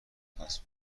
پسورد